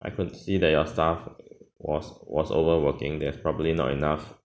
I could see that your staff was was over working they have probably not enough